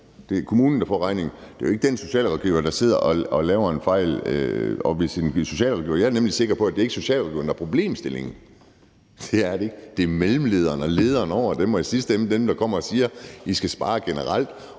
Det er kommunen, der får regningen; det er jo ikke den socialrådgiver, der sidder og laver en fejl. Jeg er nemlig sikker på, at det ikke er socialrådgiverne, der er problemet. Det er det ikke; det er mellemlederne og lederen over dem og i sidste ende dem, der kommer og siger: I skal spare generelt.